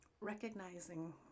recognizing